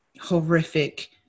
horrific